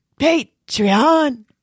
Patreon